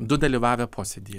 du dalyvavę posėdyje